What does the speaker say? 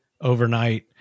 overnight